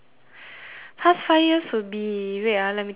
past five years would be wait ah let me think ah